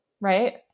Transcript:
Right